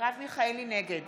נגד